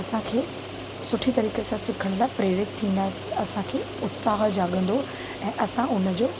असांखे सुठी तरीक़े सां सिखण लाइ प्रेरित थींदासीं असांखे उत्साह जाॻंदो ऐं असां उन जो